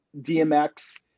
DMX